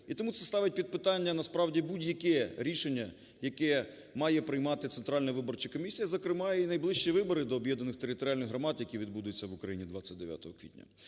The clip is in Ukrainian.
І тому це ставить під питання насправді будь-яке рішення, яке має приймати Центральна виборча комісія, зокрема і найближчі вибори до об'єднаних територіальних громад, які відбудуться в Україні 29 квітня.